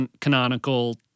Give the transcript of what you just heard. canonical